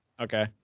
Okay